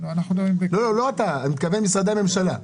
חרדי?